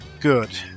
Good